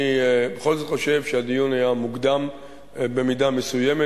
אני בכל זאת חושב שהדיון היה מוקדם במידה מסוימת.